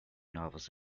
novels